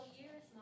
years